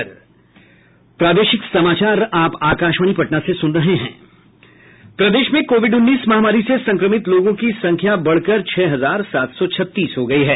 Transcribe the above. प्रदेश में कोविड उन्नीस महामारी से संक्रमित लोगों की संख्या बढ़कर छह हजार सात सौ छत्तीस हो गयी है